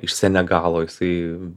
iš senegalo jisai